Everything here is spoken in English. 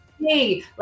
hey